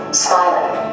smiling